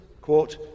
quote